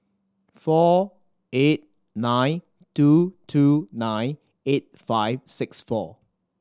four eight nine two two nine eight five six four